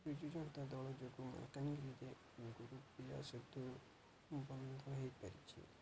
ବିଜୁ ଜନତା ଦଳ ଯୋଗୁଁ କେଉଁଠି ଯେ ଲଗକୁ ପିଲା ସତୁ ବନ୍ଧ ହେଇପାରିଛି